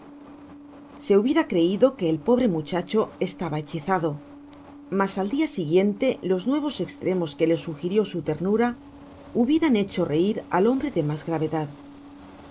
se hubiera creido que el pobre muchacho estaba he tehizádo mas al dia siguiente los nuevos estremos que le sugirió su ternura hubieran hecho reir al hombre de mas gravedad